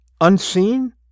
unseen